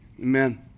amen